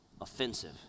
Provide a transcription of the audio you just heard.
offensive